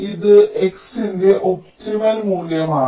ഇത് X ന്റെ optimal മൂല്യമാണ്